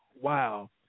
wow